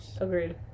Agreed